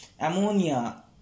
Ammonia